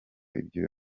ibyo